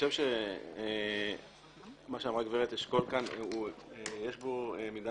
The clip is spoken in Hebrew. חושב שמה אמרה גברת אשכול כאן יש בו מידה